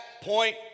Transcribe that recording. point